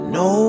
no